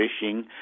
fishing